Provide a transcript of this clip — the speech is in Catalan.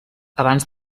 abans